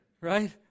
right